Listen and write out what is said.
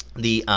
the